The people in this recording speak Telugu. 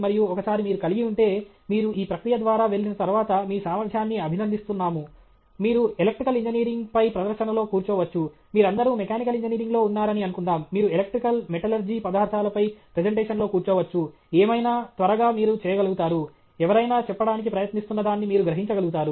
మరియు ఒకసారి మీరు కలిగి ఉంటే మీరు ఈ ప్రక్రియ ద్వారా వెళ్ళిన తర్వాత మీ సామర్థ్యాన్ని అభినందిస్తున్నాము మీరు ఎలక్ట్రికల్ ఇంజనీరింగ్ పై ప్రదర్శనలో కూర్చోవచ్చు మీరందరూ మెకానికల్ ఇంజనీరింగ్ లో ఉన్నారని అనుకుందాం మీరు ఎలక్ట్రికల్ మెటలర్జీ పదార్థాలపై ప్రెజెంటేషన్ లో కూర్చోవచ్చు ఏమైనా త్వరగా మీరు చేయగలుగుతారు ఎవరైనా చెప్పడానికి ప్రయత్నిస్తున్న దాన్ని మీరు గ్రహించగలుగుతారు